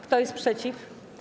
Kto jest przeciw?